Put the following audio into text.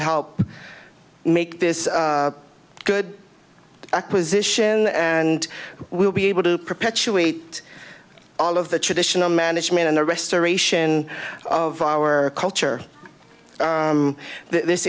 help make this a good acquisition and we'll be able to perpetuate all of the traditional management and the restoration of our culture this